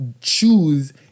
choose